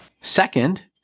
Second